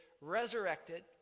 resurrected